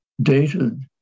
dated